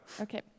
Okay